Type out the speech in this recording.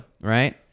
Right